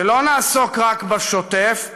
שלא נעסוק רק בשוטף,